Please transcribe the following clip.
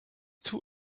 too